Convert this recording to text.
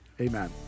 Amen